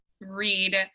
read